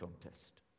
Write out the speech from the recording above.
contest